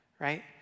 right